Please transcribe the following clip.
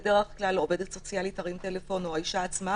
בדרך כלל עובדת סוציאלית תרים טלפון או האישה עצמה